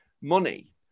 money